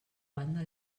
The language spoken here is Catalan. banda